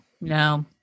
No